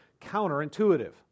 counterintuitive